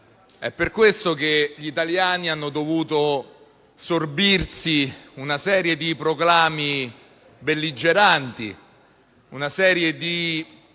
È per questo che gli italiani hanno dovuto sorbirsi una serie di proclami belligeranti, una serie di